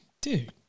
Dude